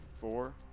four